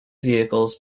vehicles